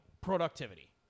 productivity